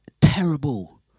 Terrible